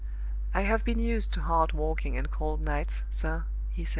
i have been used to hard walking and cold nights, sir,